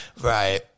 right